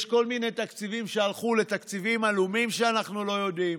יש כל מיני תקציבים שהלכו לתקציבים הלאומיים שאנחנו לא יודעים.